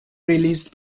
released